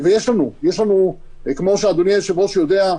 ויש לנו, יש לנו, כמו שאדוני היושב-ראש יודע,